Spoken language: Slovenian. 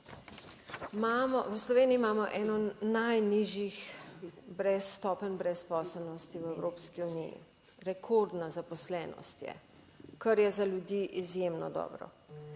V Sloveniji imamo eno najnižjih stopenj brezposelnosti v Evropski uniji. Rekordna zaposlenost je, kar je za ljudi izjemno dobro.